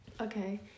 Okay